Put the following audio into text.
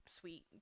sweet